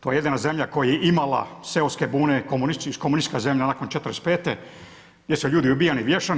To je jedina zemlja koja je imala seoske bune komunistička zemlja nakon '45. gdje su ljudi ubijani i vješani.